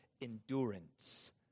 endurance